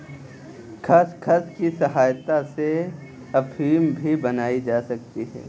खसखस की सहायता से अफीम भी बनाई जा सकती है